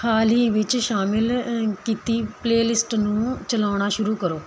ਹਾਲ ਹੀ ਵਿੱਚ ਸ਼ਾਮਲ ਕੀਤੀ ਪਲੇਲਿਸਟ ਨੂੰ ਚਲਾਉਣਾ ਸ਼ੁਰੂ ਕਰੋ